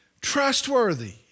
trustworthy